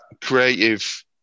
creative